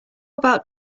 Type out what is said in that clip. about